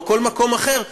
או כל מקום אחר,